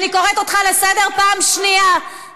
אני קוראת אותך לסדר פעם שנייה.